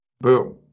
boom